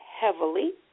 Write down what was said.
heavily